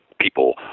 people